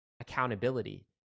accountability